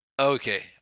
Okay